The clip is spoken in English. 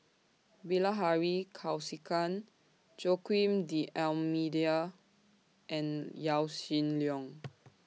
Bilahari Kausikan Joaquim D'almeida and Yaw Shin Leong